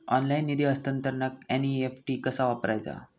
Online निधी हस्तांतरणाक NEFT कसा वापरायचा?